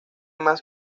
más